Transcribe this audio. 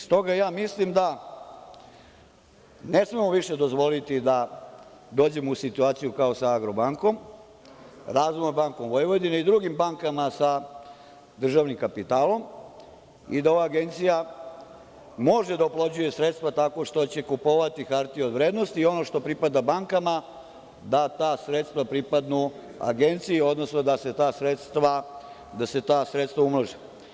S toga, mislim da ne smemo više dozvoliti da dođemo u situaciju kao sa „Agrobankom“ i „Razvojnom bankom Vojvodine“ i drugim bankama sa državnim kapitalom, i da ova agencija može da oplođuje sredstva tako što će kupovati hartije od vrednosti i ono što pripada bankama da ta sredstva pripadnu Agenciji, odnosno da se ta sredstva umnože.